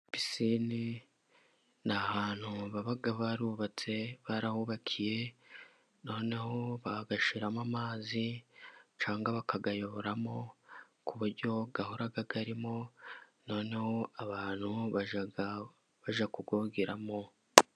Pisine ni ahantu baba barubatse barahubakiye noneho bagashiramo amazi cyangwa bakayayoboramo ku buryo ahora arimo noneho abantu bajya bajya kuyogeramo.